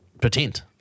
pretend